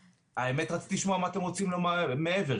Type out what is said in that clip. האמת שרציתי לשמוע מה אתם רוצים לומר מעבר?